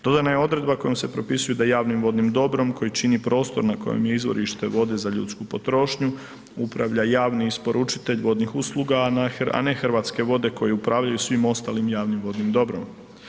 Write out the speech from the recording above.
Dodana je odredba kojom se propisuje da javnim vodnim dobrom koji čini prostor na kojem je izvorište vode za ljudsku potrošnju, upravlja javni isporučitelj vodnih usluga, a ne Hrvatske vode koji upravljaju svim ostalim javnim vodnim dobrom.